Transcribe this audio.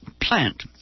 plant